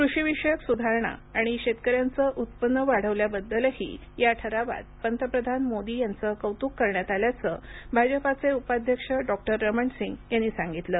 कृषीविषयक सुधारणा आणि शेतकऱ्यांचं उत्पन्न वाढवल्याबद्दलही या ठरावात पंतप्रधान मोदी यांचं कौतूक करण्यात आल्याचं भाजपाचे उपाध्यक्ष डॉक्टर रमण सिंग यांनी सांगितलं